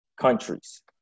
countries